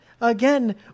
Again